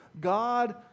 God